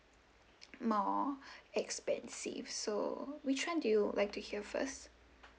more expensive so which one do you like to hear first